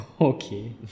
Okay